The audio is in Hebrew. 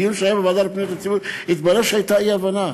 בדיון שהיה בוועדה לפניות הציבור התברר שהייתה אי-הבנה.